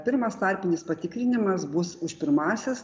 pirmas tarpinis patikrinimas bus už pirmąsias